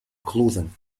clothing